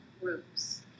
groups